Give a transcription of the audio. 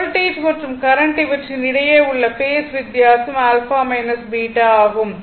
voltage மற்றும் current இவற்றின் இடையே உள்ள பேஸ் வித்தியாசம் α β ஆகும்